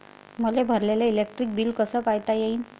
मले भरलेल electric bill कस पायता येईन?